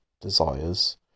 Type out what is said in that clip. desires